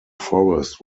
forest